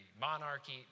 monarchy